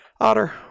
otter